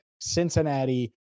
Cincinnati